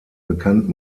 bekannt